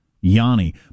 Yanni